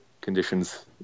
conditions